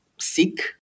sick